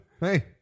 Hey